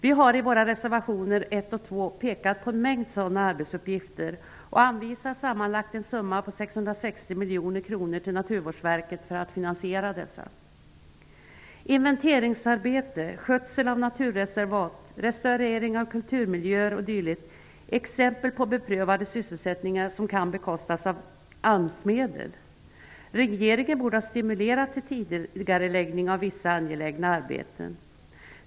Vi har i våra reservationer 1 och 2 pekat på en mängd sådana arbetsuppgifter och anvisar sammanlagt en summa på 660 miljoner kronor till Naturvårdsverket för att finansiera dessa. Inventeringsarbete, skötsel av naturreservat, restaurering av kulturmiljöer o.d. är exempel på beprövade sysselsättningar som kan bekostas av AMS-medel. Regeringen borde ha stimulerat till tidigareläggning av vissa angelägna arbeten.